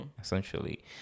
essentially